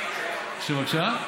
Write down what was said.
בבקשה?